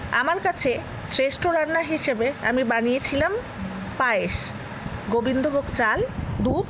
আমার কাছে শ্রেষ্ঠ রান্না হিসেবে আমি বানিয়েছিলাম পায়েস গোবিন্দভোগ চাল দুধ